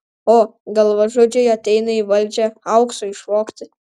o galvažudžiai ateina į valdžią aukso išvogti